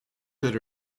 that